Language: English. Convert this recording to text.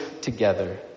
together